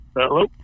Hello